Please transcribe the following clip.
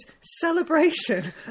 celebration